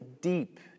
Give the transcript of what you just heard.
deep